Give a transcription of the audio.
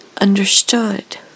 understood